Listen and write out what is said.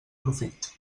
profit